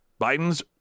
Biden's